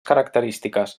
característiques